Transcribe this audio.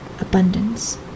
abundance